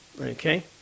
okay